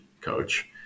coach